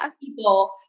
people